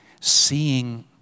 seeing